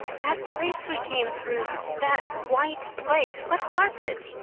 that place we came through that white place what was it?